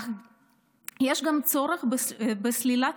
אך יש גם צורך בסלילת